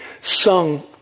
sung